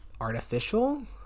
artificial